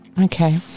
Okay